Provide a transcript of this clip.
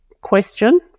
question